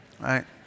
right